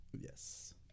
Yes